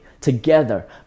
together